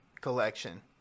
collection